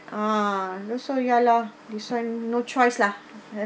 uh that's why ya loh this one no choice lah just have